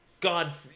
God –